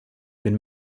been